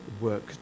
work